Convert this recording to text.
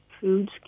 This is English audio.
foods